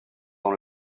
dans